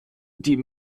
die